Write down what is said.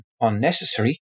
unnecessary